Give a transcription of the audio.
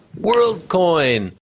worldcoin